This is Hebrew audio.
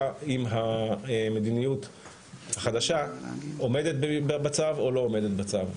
אם המדיניות החדשה עומדת בצו או לא עומדת בצו.